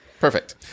Perfect